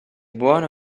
buono